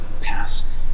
pass